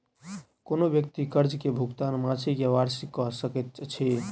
कोनो व्यक्ति कर्ज के भुगतान मासिक या वार्षिक कअ सकैत अछि